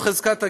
באירופה.